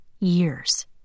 years